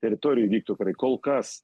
teritorijoj vyktų karai kol kas